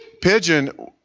Pigeon